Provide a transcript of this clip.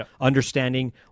understanding